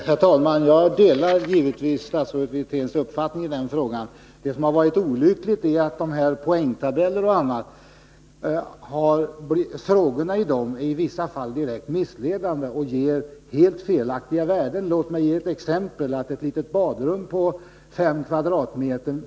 Herr talman! Jag delar givetvis statsrådets Wirténs uppfattning. Det olyckliga är att frågorna i poängtabeller och annat i vissa fall är direkt vilseledande och ger helt felaktiga värden. Låt mig ge ett exempel. Ett litet badrum på 5 m?